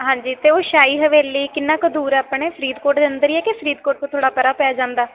ਹਾਂਜੀ ਅਤੇ ਉਹ ਸ਼ਾਹੀ ਹਵੇਲੀ ਕਿੰਨਾ ਕੁ ਦੂਰ ਆਪਣੇ ਫਰੀਦਕੋਟ ਦੇ ਅੰਦਰ ਹੀ ਹੈ ਕਿ ਫਰੀਦਕੋਟ ਤੋਂ ਥੋੜ੍ਹਾ ਪਰ੍ਹਾ ਪੈ ਜਾਂਦਾ